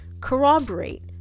corroborate